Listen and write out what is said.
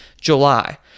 July